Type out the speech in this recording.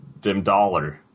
DimDollar